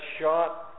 shot